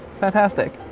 fantastic.